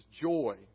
joy